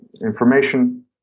information